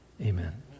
amen